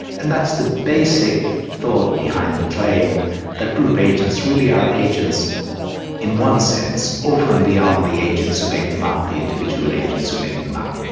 and that's the basic thought behind the claim that group agents really are agents in one sense, over and beyond the agents who make them up, the individual agents who make them up.